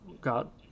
got